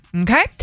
Okay